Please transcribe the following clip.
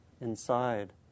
inside